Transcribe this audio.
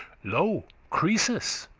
lo croesus,